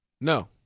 No